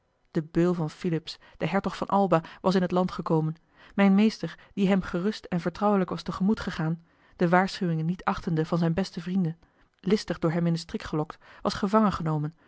de beul van philips de hertog van alba was in het land gekomen mijn meester die hem gerust en vertrouwelijk was te gemoet gegaan de waarschuwingen niet achtende van zijne beste vrienden listig door hem in den strik gelokt was gevangengenomen